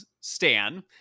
stan